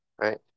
Right